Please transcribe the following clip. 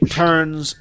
turns